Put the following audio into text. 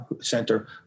Center